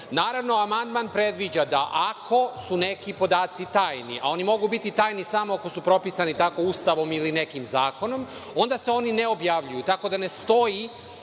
amandman predviđa da ako su neki podaci tajni, a oni mogu biti tajni samo ako su propisani tako Ustavom ili nekim zakonom, onda se oni ne objavljuju, tako da ne stoji